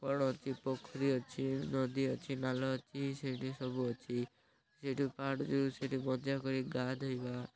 କ'ଣ ଅଛି ପୋଖରୀ ଅଛି ନଦୀ ଅଛି ନାଲ ଅଛି ସେଇଠି ସବୁ ଅଛି ସେଇଠି ପାହାଡ଼ ଯେଉଁ ସେଠି ମଧ୍ୟ କରି ଗାଧୋଇବା